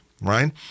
right